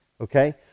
Okay